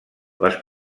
les